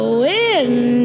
wind